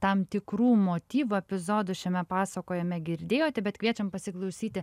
tam tikrų motyvų epizodų šiame pasakojime girdėjote bet kviečiam pasiklausyti